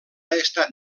estat